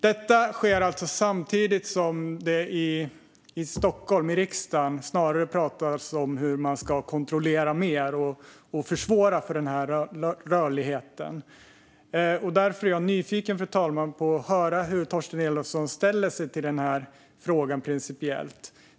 Detta sker alltså samtidigt som det i riksdagen i Stockholm snarare pratas om hur man ska kunna kontrollera mer och försvåra för rörligheten. Därför, fru talman, är jag nyfiken på att höra hur Torsten Elofsson ställer sig principiellt till frågan.